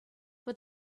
but